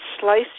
slice